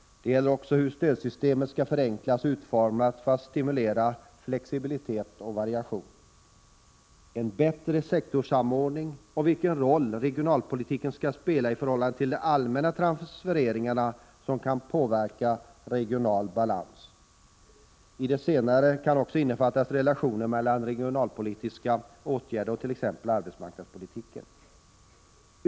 Det gäller också hur stödsystemet skall förenklas och utformas för att stimulera flexibilitet, variation och en bättre sektorssamordning. Dessutom gäller det den roll regionalpolitiken skall spela i förhållande till de allmänna transfereringar som kan påverka regional balans. I de senare kan också innefattas relationer mellan regionalpolitiska åtgärder och t.ex. arbetsmarknadspolitiken.